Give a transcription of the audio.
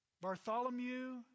Bartholomew